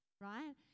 right